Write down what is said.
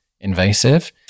invasive